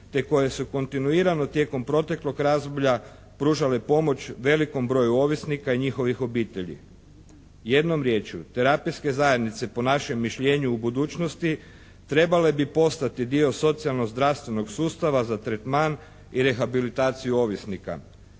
te koje su kontinuirano tijekom proteklog razdoblja pružale pomoć velikom broju ovisnika i njihovih obitelji. Jednom riječju terapijske zajednice po našem mišljenju u budućnosti trebale bi postati dio socijalno zdravstvenog sustav za tretman i rehabilitaciju ovisnika.